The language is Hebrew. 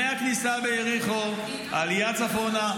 העלייה צפונה,